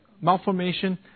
malformation